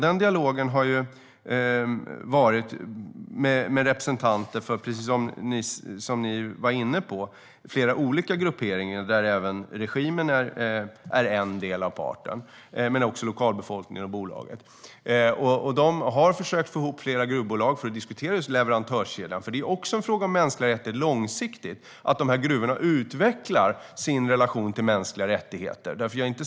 Denna dialog har, precis som ni var inne på, skett med representanter för flera olika grupperingar där även regimen är en del av parten men också lokalbefolkningen och bolaget. Man har försökt få ihop flera gruvbolag för att diskutera leverantörskedjan, för det är också en fråga om mänskliga rättigheter långsiktigt att gruvorna utvecklar sin relation till dessa rättigheter.